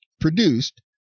produced